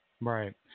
Right